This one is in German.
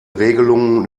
regelungen